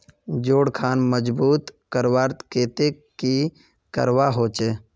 जोड़ खान मजबूत करवार केते की करवा होचए?